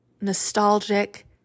nostalgic